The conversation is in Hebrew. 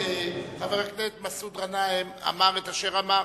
חבר הכנסת מסעוד גנאים אמר את אשר אמר,